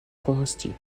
forestier